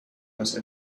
was